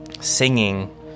singing